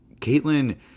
Caitlin